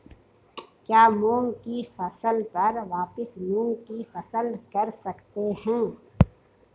क्या मूंग की फसल पर वापिस मूंग की फसल कर सकते हैं?